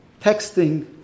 texting